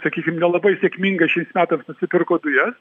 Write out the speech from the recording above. sakykim nelabai sėkmingai šiais metais nusipirko dujas